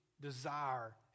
desire